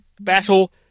battle